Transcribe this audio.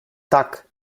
tak